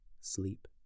sleep